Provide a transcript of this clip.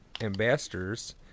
Ambassadors